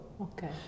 Okay